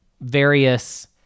various